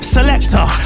Selector